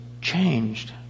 changed